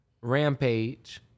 rampage